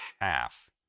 half